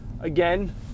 Again